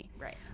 Right